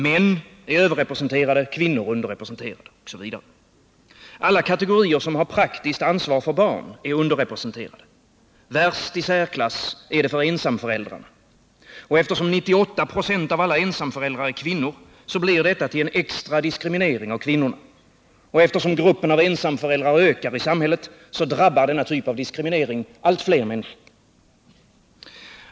Män är överrepresenterade och kvinnor underrepresenterade osv. Alla kategorier som har praktiskt ansvar för barn är underrepresenterade. I särklass värst är det för ensamföräldrarna. Eftersom 98 96 av alla ensamföräldrar är kvinnor blir det en extra diskriminering av kvinnorna. Och då gruppen av ensamföräldrar blir allt större, drabbar denna typ av diskriminering allt fler människor.